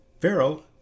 Pharaoh